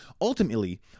Ultimately